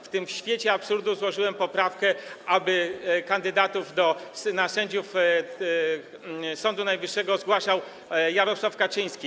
W tym świecie absurdu złożyłem poprawkę, aby kandydatów na sędziów Sądu Najwyższego zgłaszał Jarosław Kaczyński.